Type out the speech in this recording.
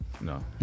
No